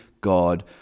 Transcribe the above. God